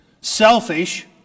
selfish